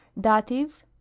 Dative